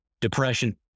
depression